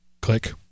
click